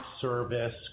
service